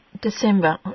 December